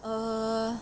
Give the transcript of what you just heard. err